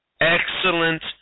excellent